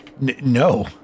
No